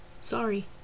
Sorry